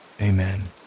amen